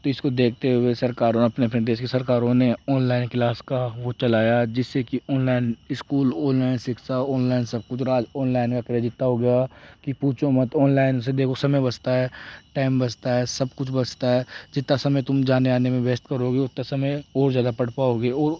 तो इसको देखते हुए सरकार ने अपने अपने देश की सरकारों ने ऑनलाइन क्लास का वो चलाया जिससे की ऑनलाइन स्कूल ऑनलाइन शिक्षा ऑनलाइन सब कुछ और आज ऑनलाइन का क्रेज इतना हो गया कि पूछो मत ऑनलाइन से देखो समय बचता है टाइम बचता है सब कुछ बचता है जितना समय तुम जाने आने में वेस्ट करोगे उतना समय और ज़्यादा पढ़ पाओगे और